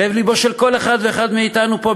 לב-לבו של כל אחד ואחד מאתנו פה,